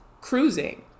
cruising